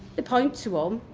they point to um